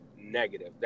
negative